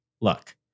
Look